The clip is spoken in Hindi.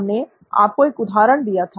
हमने आपको एक उदाहरण भी दिया था